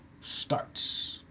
starts